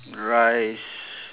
rice